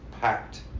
packed